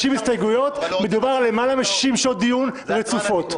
הסתייגויות מדובר על למעלה מ-60 שעות דיון רצופות.